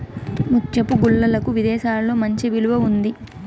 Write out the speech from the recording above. ముత్యపు గుల్లలకు విదేశాలలో మంచి విలువ ఉంది